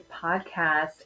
podcast